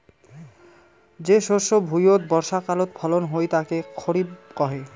যে শস্য ভুঁইয়ত বর্ষাকালত ফলন হই তাকে খরিফ কহে